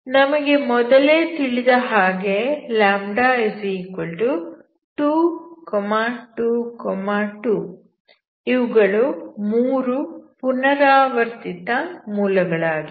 ನಮಗೆ ಮೊದಲೇ ತಿಳಿದ ಹಾಗೆ λ2 2 2 ಇವುಗಳು 3 ಪುನರಾವರ್ತಿತ ಮೂಲ ಗಳಾಗಿವೆ